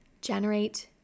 generate